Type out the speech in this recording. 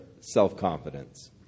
self-confidence